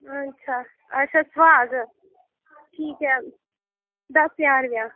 अच्छा अच्छा सुहाग ठीक ऐ दस्स ज्हार रपेआ